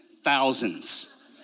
thousands